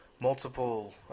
multiple